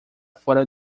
fora